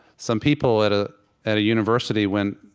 some people at ah at a university when,